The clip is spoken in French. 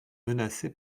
menacée